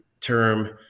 term